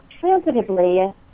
transitively